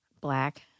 Black